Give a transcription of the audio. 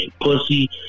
pussy